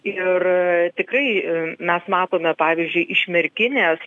ir kai mes matome pavyzdžiui iš merkinės